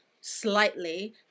slightly